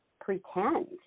pretend